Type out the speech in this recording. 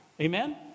Amen